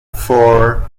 four